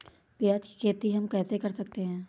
प्याज की खेती हम कैसे कर सकते हैं?